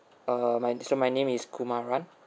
uh my this one my name is kumaran